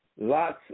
lots